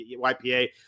YPA